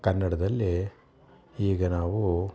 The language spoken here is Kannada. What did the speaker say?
ಕನ್ನಡದಲ್ಲಿ ಈಗ ನಾವು